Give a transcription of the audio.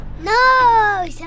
No